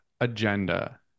agenda